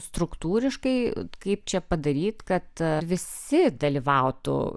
struktūriškai kaip čia padaryt kad visi dalyvautų